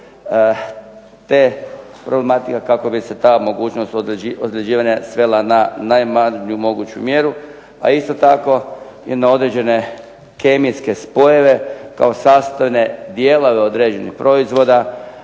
te problematike kako bi se ta mogućnost ozljeđivanja svela na najmanju moguću mjeru, a isto tako i na određene kemijske spojeve kao sastojne dijelove određenih proizvoda